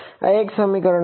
આ એક સમીકરણ છે